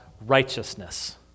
righteousness